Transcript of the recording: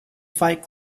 fight